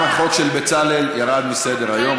גם החוק של בצלאל ירד מסדר-היום.